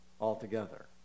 altogether